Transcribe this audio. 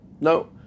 no